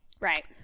Right